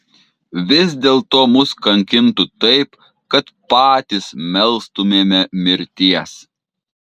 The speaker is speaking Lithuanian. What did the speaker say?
vis dėlto mus kankintų taip kad patys melstumėme mirties